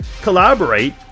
collaborate